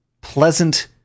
pleasant